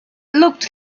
looked